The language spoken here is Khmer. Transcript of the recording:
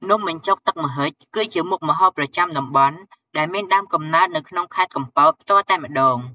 នំបញ្ចុកទឹកម្ហិច គឺជាមុខម្ហូបប្រចាំតំបន់ ដែលមានដើមកំណើតនៅក្នុងខេត្តកំពត ផ្ទាល់តែម្តង។